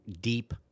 deep